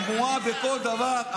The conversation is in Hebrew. אתה מבין את הצביעות התמוהה בכל דבר?